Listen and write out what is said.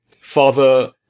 Father